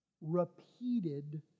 repeated